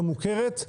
לא מוכרת,